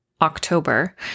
October